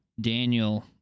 Daniel